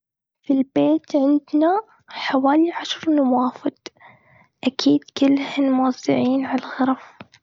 في البيت عندنا، حوالي عشر نوافد. أكيد كلهن موزعين على الغرف.